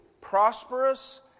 prosperous